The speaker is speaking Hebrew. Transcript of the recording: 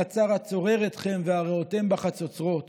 הצר הצֹּרר אתכם וַהֲרֵעֹתם בחצֹצְרֹת